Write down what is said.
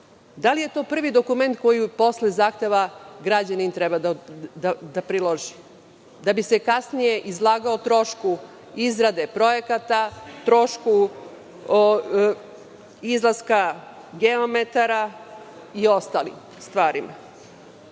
Da li je to prvi dokument koji posle zahteva građanin treba da priloži, da bi se kasnije izlagao trošku izrade projekata, trošku izlaska geometara i ostalim stvarima? Volela